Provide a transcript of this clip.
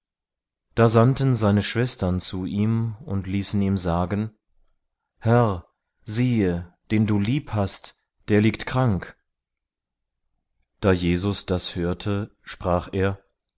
da sandten seine schwestern zu ihm und ließen ihm sagen herr siehe den du liebhast der liegt krank da jesus das hörte sprach er